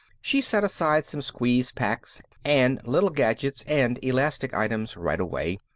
she set aside some squeeze-packs and little gadgets and elastic items right away,